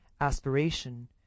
aspiration